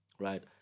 right